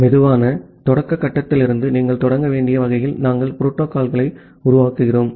மெதுவான தொடக்க கட்டத்திலிருந்து நீங்கள் தொடங்க வேண்டிய வகையில் நாங்கள் புரோட்டோகால்யை உருவாக்குகிறோம்